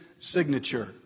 signature